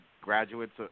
graduates